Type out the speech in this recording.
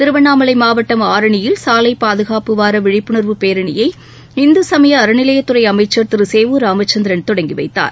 திருவண்ணாமலை மாவட்டம் ஆரணியில் சாலை பாதுகாப்பு வார விழிப்புணர்வு பேரணியை இந்து சமய அறநிலையத் துறை அமைச்சர் திரு சேவூர் ராமச்சந்திரன் தொடங்கி வைத்தார்